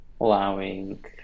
allowing